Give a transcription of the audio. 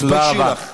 תתביישי לך.